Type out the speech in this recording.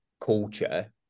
culture